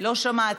לא שומעת.